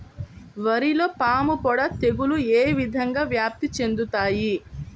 వరిలో పాముపొడ తెగులు ఏ విధంగా వ్యాప్తి చెందుతాయి?